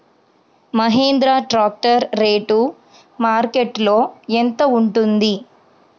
Mahindra tractor rate మార్కెట్లో యెంత ఉంటుంది?